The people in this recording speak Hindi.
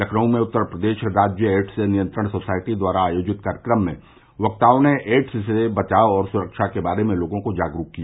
लखनऊ में उत्तर प्रदेश राज्य एड्य नियंत्रण सोसाइटी द्वारा आयोजित कार्यक्रम में वक्ताओं ने एड्स से बचाव और सुरक्षा के बारे में लोगों को जागरूक किया